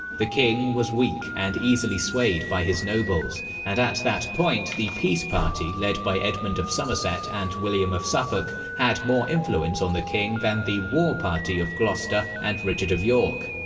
the king was weak and easily swayed by his nobles, and at that point the peace party led by edmund of somerset and william of suffolk had more influence on the king than the war party of gloucester and richard of york.